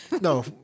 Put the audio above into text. No